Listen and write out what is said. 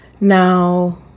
Now